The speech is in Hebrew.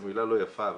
זו מילה לא יפה,